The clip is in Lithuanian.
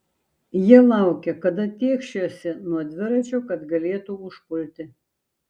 jie laukė kada tėkšiuosi nuo dviračio kad galėtų užpulti